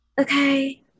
Okay